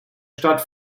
stadt